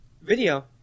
Video